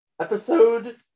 Episode